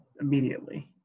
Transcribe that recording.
immediately